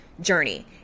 journey